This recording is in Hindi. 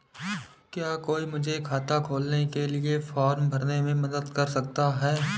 क्या कोई मुझे खाता खोलने के लिए फॉर्म भरने में मदद कर सकता है?